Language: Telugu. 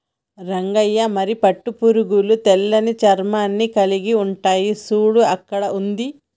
రంగయ్య మరి పట్టు పురుగులు తెల్లని చర్మాన్ని కలిలిగి ఉంటాయి సూడు అక్కడ ఉంది